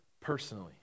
personally